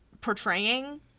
portraying